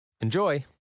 Enjoy